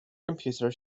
computer